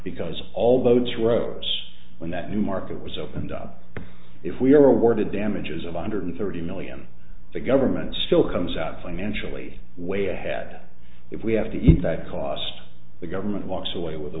because all those rows when that new market was opened up if we are awarded damages of hundred thirty million the government still comes out financially way ahead if we have to eat that cost the government walks away with a